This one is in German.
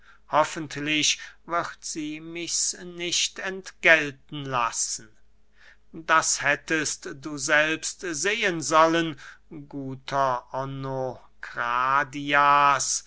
hoffentlich wird sie mich's nicht entgelten lassen das hättest du selbst sehen sollen guter